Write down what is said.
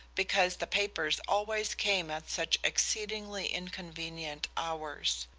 because the papers always came at such exceedingly inconvenient hours.